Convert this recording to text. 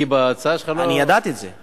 כי בהצעה שלך לא, אני ידעתי את זה.